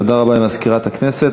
תודה רבה למזכירת הכנסת.